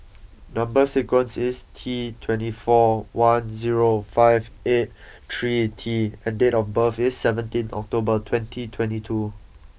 number sequence is T twenty four one zero five eight three T and date of birth is seventeenth October twenty twenty two